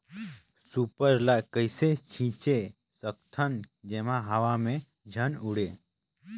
Super ल कइसे छीचे सकथन जेमा हवा मे झन उड़े?